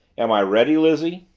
am i ready, lizzie?